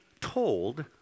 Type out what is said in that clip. told